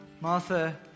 Martha